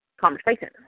conversation